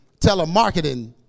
telemarketing